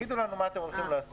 תגידו לנו מה אתם הולכים לעשות,